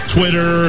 Twitter